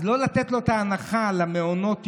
אז לא לתת לו את ההנחה למעונות יום.